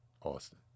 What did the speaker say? Austin